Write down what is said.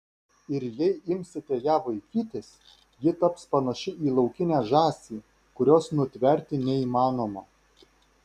ir jei imsite ją vaikytis ji taps panaši į laukinę žąsį kurios nutverti neįmanoma